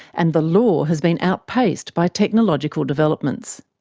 and the law has been outpaced by technological developments.